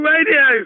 Radio